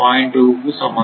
2 க்கு சமம் தான்